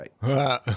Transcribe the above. right